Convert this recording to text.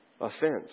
Offense